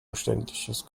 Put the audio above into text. unverständliches